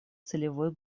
целевой